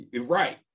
right